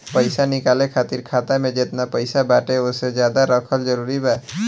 पईसा निकाले खातिर खाता मे जेतना पईसा बाटे ओसे ज्यादा रखल जरूरी बा?